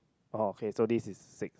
oh okay so this is six